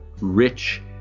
rich